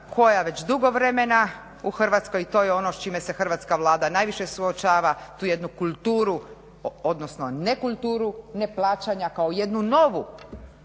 koja već dugo vremena u Hrvatskoj, to je ono s čime se Hrvatska Vlada najviše suočava, tu jednu kulturu odnosno nekulturu neplaćanja kao jednu novu